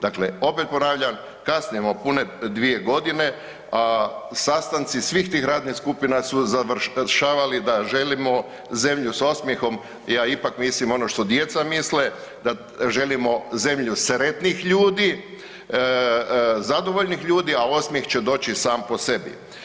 Dakle, opet ponavljam, kasnimo pune 2 godine, sastanci svih tih radnih skupina su završavali da želimo zemlju s osmijehom, ja ipak mislim ono što djeca misle, da želimo zemlju sretnih ljudi, zadovoljnih ljudi, a osmijeh će doći sam po sebi.